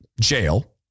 jail